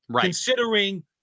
considering